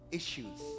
issues